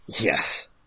Yes